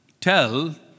tell